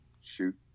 shoot